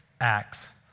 acts